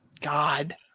God